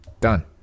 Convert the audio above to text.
Done